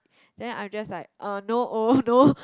then I'm just like uh no oh no